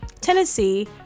Tennessee